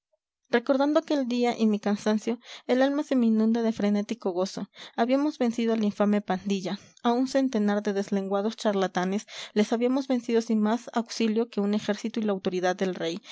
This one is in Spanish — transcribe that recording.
recordando aquel día y mi cansancio el alma se me inunda de frenético gozo habíamos vencido a la infame pandilla a un centenar de deslenguados charlatanes les habíamos vencido sin más auxilio que un ejército y la autoridad del rey